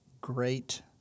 great